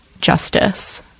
justice